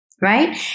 Right